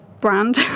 Brand